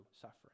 suffering